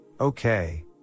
okay